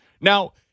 Now